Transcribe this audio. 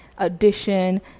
addition